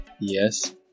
Yes